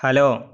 hello